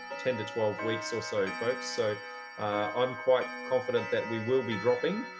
ten to twelve weeks or so folks, so i'm quite confident that we will be dropping,